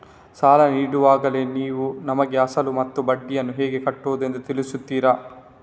ಸಾಲ ನೀಡುವಾಗಲೇ ನೀವು ನಮಗೆ ಅಸಲು ಮತ್ತು ಬಡ್ಡಿಯನ್ನು ಹೇಗೆ ಕಟ್ಟುವುದು ಎಂದು ತಿಳಿಸುತ್ತೀರಾ?